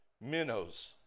Minnows